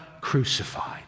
crucified